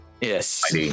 yes